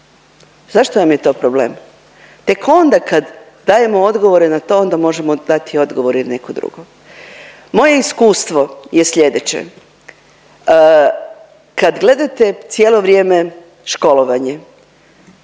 Zašto vam je to problem? Tek onda kad dajemo odgovore na to, onda možemo dati odgovore i na neko drugo. Moje iskustvo je sljedeće. Kad gledate cijelo vrijeme školovanje